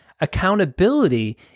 Accountability